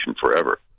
forever